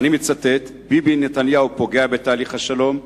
ואני מצטט: ביבי נתניהו פוגע בתהליך השלום,